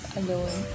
alone